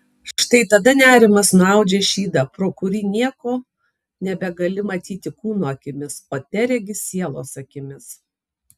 štai tada nerimas nuaudžia šydą pro kurį nieko nebegali matyti kūno akimis o teregi sielos akimis